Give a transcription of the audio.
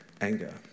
anger